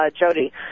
Jody